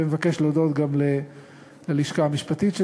ומבקש להודות גם ללשכה המשפטית שלנו,